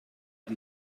die